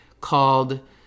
called